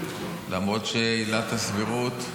למרות שעילת הסבירות,